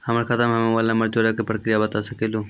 हमर खाता हम्मे मोबाइल नंबर जोड़े के प्रक्रिया बता सकें लू?